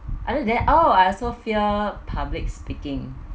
other than that oh I also fear public speaking